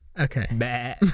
Okay